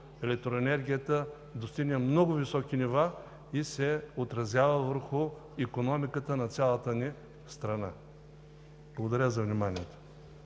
електроенергията достигне много високи нива и се отразява върху икономиката на цялата ни страна? Благодаря за вниманието.